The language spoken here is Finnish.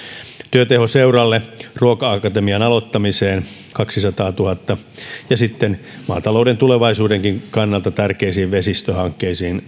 työtehoseuralle ruoka akatemian aloittamiseen lisättiin kaksisataatuhatta ja sitten maatalouden tulevaisuudenkin kannalta tärkeisiin vesistöhankkeisiin